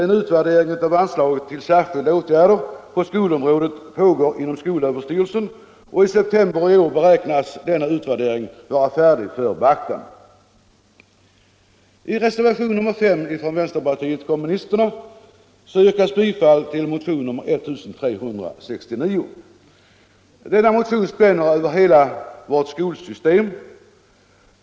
En utvärdering av anslaget till särskilda åtgärder på skolområdet pågår inom skolöverstyrelsen, och i september i år beräknas denna utvärdering vara färdig. I reservationen 5 från vpk yrkas bifall till motionen 1369. Denna motion spänner över hela vårt skolsystem.